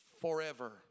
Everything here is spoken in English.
forever